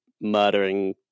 murdering